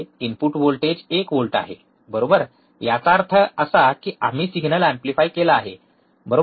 input voltage एक volt आहे बरोबर याचा अर्थ असा की आम्ही सिग्नल एम्प्लिफाय केला आहे बरोबर